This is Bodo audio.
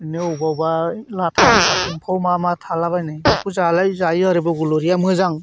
बिदिनो अबेबा अबेबा लाथासलाब एम्फौ मा मा थाला बायो बेखौ जायो आरो बग'लरिआ मोजां